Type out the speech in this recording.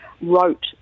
wrote